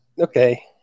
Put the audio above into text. okay